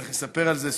הוא בטח יספר על זה,